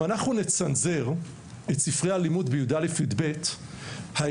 אם אנחנו נצנזר את ספרי הלימוד בכיתות י"א-י"ב,